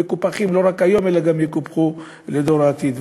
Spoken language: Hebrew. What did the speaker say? מקופחים, לא רק היום, אלא גם בדור העתיד.